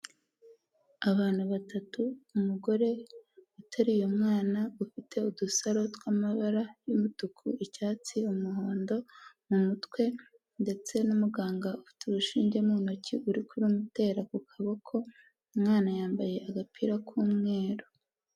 Abantu batatu, umugore uteruye umwana, ufite udusaro tw'amabara y'umutuku, icyatsi, umuhondo mu mutwe ndetse n'umuganga ufite urushinge mu ntoki, uri kurumutera ku kaboko, umwana yambaye agapira k'umweru.